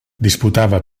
disputava